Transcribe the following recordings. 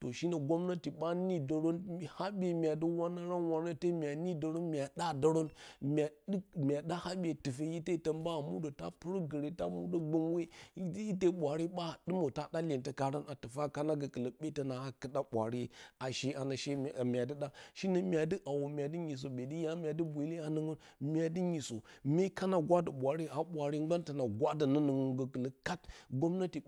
To shinə gomnati ɓa nidorə, habye myadɨ wanarə wanate mya nidərə mya ɗa dərən mya duk mya ɗa habye tufe ite ton ɓa muɗo ta purə gore ta muɗo gbunwe ite ɓwaare ɓa a dɨmə ta ɗa iyentə karən a tufa kana gokɨlə ɓe tona kɨda bwaare a she anoshe mua dɨ ɗa shinə mya dɨ hawo mya dɨ nyisə ɓti ya muadɨ boyile anorə myadɨ nyisə mye kana gwadə ɓwaare ɓwaare gban tona gwadə nəorə gokɨlə vat to ɓa gomnati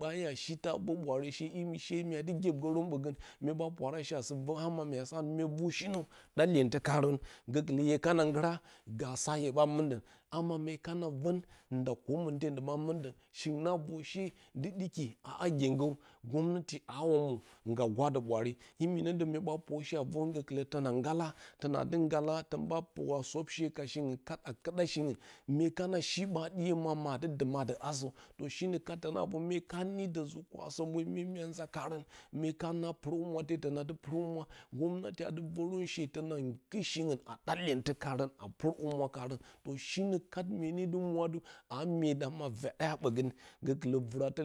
shi ta ro ɓwaare she imi she mya dɨ gyebgərə ɓogən mye ɓa pwara a shi a sɨ vo ama mya sa mye vu shinə ɗa yentə karə gokɨlə hye kana ngura daasa hye ɓa mində ama mye kana və nda ko mɨnte ndubəa mɨndon shiungna vor she dɨ dɨki a gyengə gomnati a wa mwo nga gwadə ɓwaare imi nə də mye ɓa pur she vurə gokɨlə tona ngala tona ndu ngala ton ɓa pora sub she ka shiuung kat a kɨda shiung mye kana shi ɓa ɗiyə ma a dɨ duma də, asə shinə kat top vor mye ka ni də nji kwasome iye mya nza karə mye ka na purohumwa te tona dɨ purohumna gomnati a dɨ vorən she tonakɨt shiungu a ɗa yentəkarə a purə humwa karə to shinə kat mue ne dɨ mwa a mye dam a vaɗa ya ɓogə gokɨlə vratə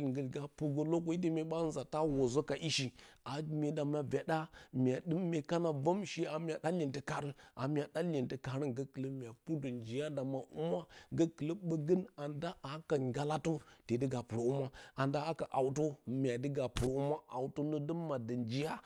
pur gə mye ba nza ta wozə ka ishi a myedan a vadaya mya dɨm mye kana vom she a mya ɗa iyentə karən a mya dan iyenta ka rə gokɨlə mya purdə njiya dam a humwa gokɨlə ɓogən ande a ka ngalatə tedɨ ga purəhumwa anda a ka hawfa mya dɨ ga purohumwa hautə nə dɨ maddə injiya.